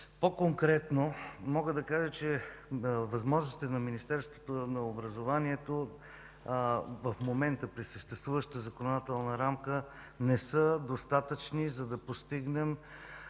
По-конкретно мога да кажа, че възможностите на Министерството на образованието и науката при съществуващата законодателна рамка в момента не са достатъчни, за да постигнем